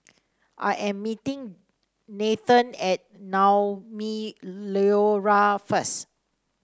I am meeting Nathen at Naumi Liora first